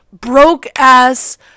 broke-ass